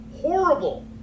horrible